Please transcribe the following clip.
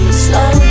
slow